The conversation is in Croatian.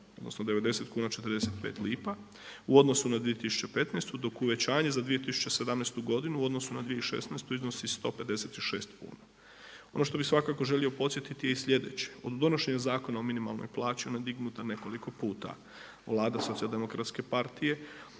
odnosno 90 kuna, 45 lipa u odnosu na 2015. dok uvećanje za 2017. godinu u odnosu na 2016. iznosi 156 kuna. Ono što bih svakako želio podsjetiti je sljedeće, od donošenja Zakona o minimalnoj plaći, ona je dignuta nekoliko puta, Vlada Socijal-demokratske partije